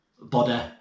body